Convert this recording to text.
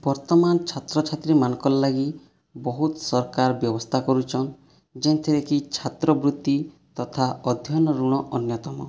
ବର୍ତ୍ତମାନ ଛାତ୍ର ଛାତ୍ରୀମାନଙ୍କର୍ ଲାଗି ବହୁତ ସରକାର ବ୍ୟବସ୍ଥା କରୁଚନ୍ ଯେଉଁଥିରେକି ଛାତ୍ର ବୃତ୍ତି ତଥା ଅଧ୍ୟୟନ ଋଣ ଅନ୍ୟତମ